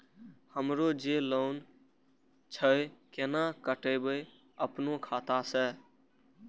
हमरो जे लोन छे केना कटेबे अपनो खाता से?